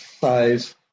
size